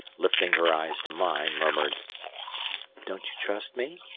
lifting her eyes to mine, murmured don't you trust me?